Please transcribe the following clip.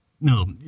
No